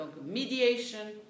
Mediation